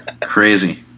Crazy